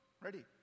Ready